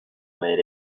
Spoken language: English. made